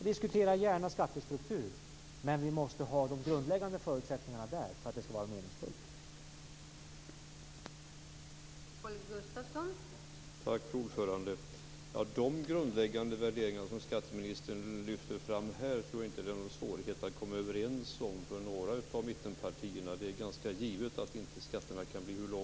Jag diskuterar gärna skattestruktur, men de grundläggande förutsättningarna måste vara uppfyllda för att det skall vara meningsfullt.